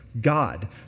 God